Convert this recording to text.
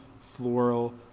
floral